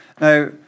Now